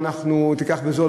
תיקח בזול,